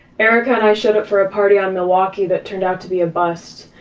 erica and i showed up for a party on milwaukee that turned out to be a bust.